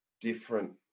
different